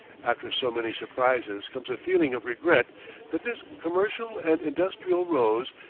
after so many surprises comes a feeling of regret that this commercial and industrial rose,